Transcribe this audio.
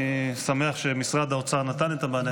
אני שמח שמשרד האוצר נתן את המענה.